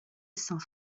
saints